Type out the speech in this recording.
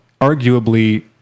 arguably